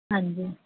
ਹਾਂਜੀ